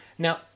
Now